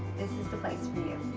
this is the place for you.